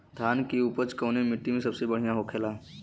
धान की उपज कवने मिट्टी में सबसे बढ़ियां होखेला?